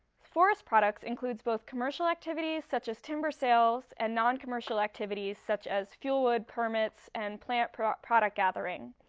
forest products includes both commercial activities such as timber sales and noncommercial activities such as fuel wood permits and plant product product gathering.